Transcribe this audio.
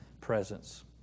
presence